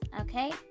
okay